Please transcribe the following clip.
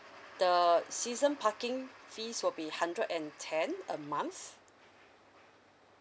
the season parking fees will be hundred and ten a month